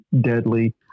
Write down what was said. deadly